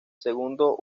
segundo